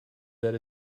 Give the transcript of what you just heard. that